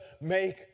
make